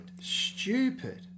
stupid